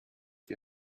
die